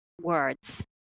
words